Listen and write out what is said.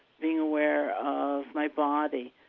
being aware of my body,